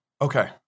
Okay